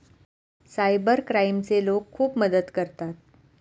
cyber क्राईमचे लोक खूप मदत करतात